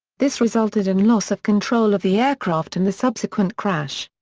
this resulted in loss of control of the aircraft and the subsequent crash.